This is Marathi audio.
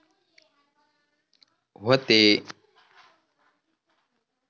व्हते